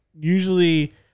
usually